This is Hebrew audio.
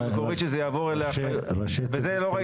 בהצעת החוק המקורית שזה יעבור לאחריותם ולא ראית